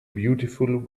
beautiful